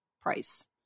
price